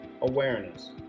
awareness